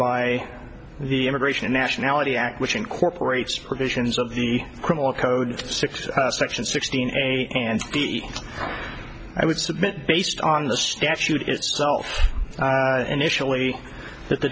by the immigration and nationality act which incorporates provisions of the criminal code six section sixteen a and i would submit based on the statute itself initially that the